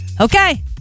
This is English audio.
okay